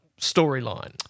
storyline